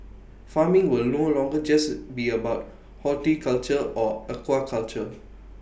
farming will no longer just be about horticulture or aquaculture